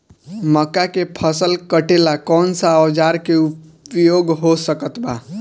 मक्का के फसल कटेला कौन सा औजार के उपयोग हो सकत बा?